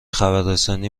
خبررسانی